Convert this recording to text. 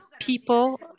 people